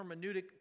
hermeneutic